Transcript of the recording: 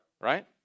right